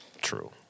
True